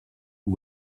who